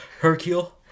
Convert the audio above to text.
Hercule